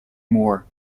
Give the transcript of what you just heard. moore